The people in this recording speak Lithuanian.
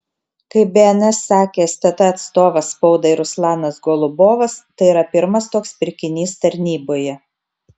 kaip bns sakė stt atstovas spaudai ruslanas golubovas tai yra pirmas toks pirkinys tarnyboje